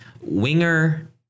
Winger